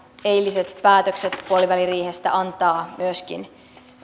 eiliset päätökset puoliväliriihestä antavat myöskin